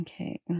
Okay